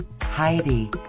Heidi